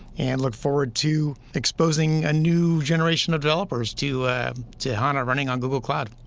and look forward to exposing a new generation of developers to to hana running on google cloud.